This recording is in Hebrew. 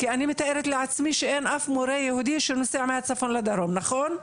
כי אני מתארת לעצמי שאין אף מורה יהודי שנוסע מהצפון לדרום נכון?